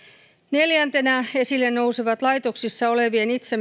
neljäntenä esille nousevat laitoksissa olevien itsemääräämisoikeutta loukkaavat